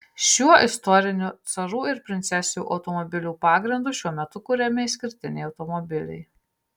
šiuo istoriniu carų ir princesių automobilių pagrindu šiuo metu kuriami išskirtiniai automobiliai